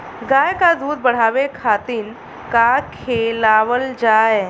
गाय क दूध बढ़ावे खातिन का खेलावल जाय?